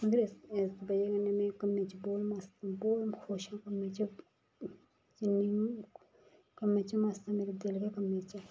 इस बजह कन्नै में कम्मै च बहुत बहुत मस्त बहुत खुश आं कम्मै च कम्मै च मस्त जियां मेरा दिल गै कम्मे च ऐ